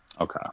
Okay